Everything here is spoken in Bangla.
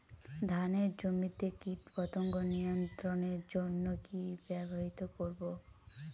ধানের জমিতে কীটপতঙ্গ নিয়ন্ত্রণের জন্য কি ব্যবহৃত করব?